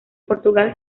portugal